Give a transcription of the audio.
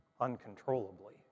uncontrollably